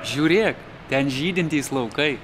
žiūrėk ten žydintys laukai